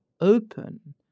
open